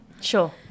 Sure